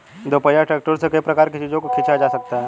दोपहिया ट्रैक्टरों से कई प्रकार के चीजों को खींचा जा सकता है